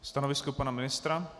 Stanovisko pana ministra?